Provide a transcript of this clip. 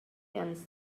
ens